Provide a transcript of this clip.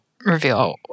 reveal